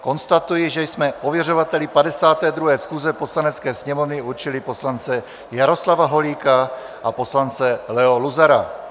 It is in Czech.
Konstatuji, že jsme ověřovateli 52. schůze Poslanecké sněmovny určili poslance Jaroslava Holíka a poslance Leo Luzara.